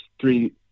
three